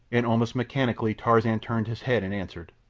and almost mechanically tarzan turned his head and answered.